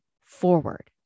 forward